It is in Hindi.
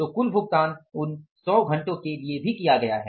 तो कुल भुगतान उन 100 घंटों के लिए भी किया गया है